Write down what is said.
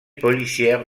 policière